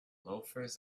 loafers